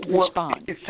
respond